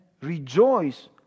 rejoice